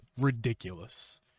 ridiculous